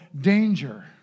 danger